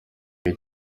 gihe